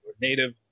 Native